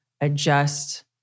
adjust